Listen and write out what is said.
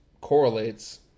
correlates